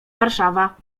warszawa